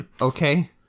Okay